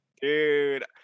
Dude